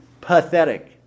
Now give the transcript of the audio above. pathetic